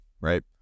right